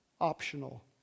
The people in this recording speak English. optional